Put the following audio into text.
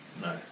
No